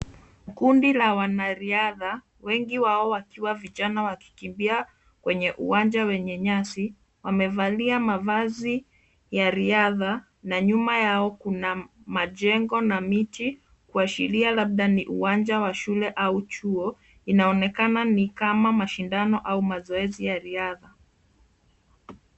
Kundi la wanariadha, wengi wao wakiwa vijana wakikimbia kwenye uwanja wenye nyasi. Wamevalia mavazi ya riadha na nyuma yao kuna majengo na miti kuashiria kuwa labda ni uwanja wa shule au chuo. Inaonekana ni kama mashindano au mazoezi ya riadha.